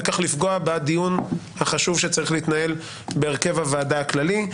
וכך לפגוע בדיון החשוב שצריך להתנהל בהרכב הוועדה הכללי,